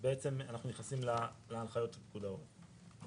בעצם אנחנו כפופים להנחיות פיקוד העורף.